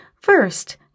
First